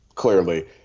clearly